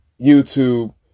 YouTube